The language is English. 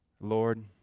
Lord